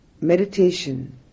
Meditation